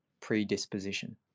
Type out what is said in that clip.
predisposition